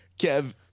Kev